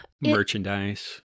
Merchandise